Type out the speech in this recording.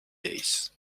days